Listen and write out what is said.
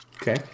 Okay